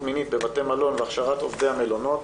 מינית בבתי מלון והכשרת עובדי המלונות.